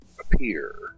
appear